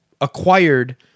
acquired